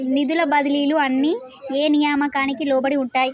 నిధుల బదిలీలు అన్ని ఏ నియామకానికి లోబడి ఉంటాయి?